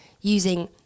using